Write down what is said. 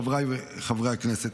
חבריי חברי הכנסת,